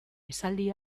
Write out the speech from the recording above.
esaldi